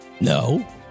No